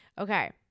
Okay